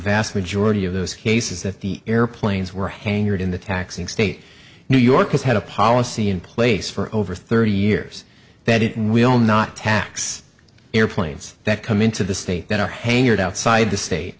vast majority of those cases that the airplanes were hangared in the taxing state new york has had a policy in place for over thirty years that it will not tax airplanes that come into the state that are hangared outside the state